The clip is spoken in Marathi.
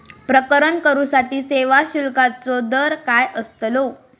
प्रकरण करूसाठी सेवा शुल्काचो दर काय अस्तलो?